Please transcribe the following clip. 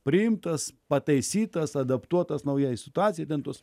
priimtas pataisytas adaptuotas naujai situacijai dengtus